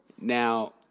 Now